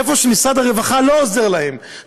איפה שמשרד הרווחה לא עוזר להן,